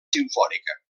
simfònica